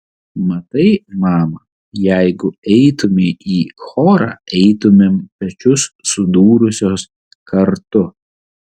matai mama jeigu eitumei į chorą eitumėm pečius sudūrusios kartu